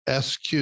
SQ